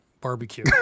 barbecue